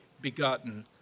begotten